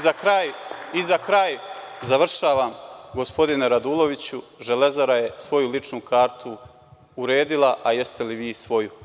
Za kraj, završavam, gospodine Raduloviću, „Železara“ je svoju ličnu kartu uredila, a jeste li vi svoju?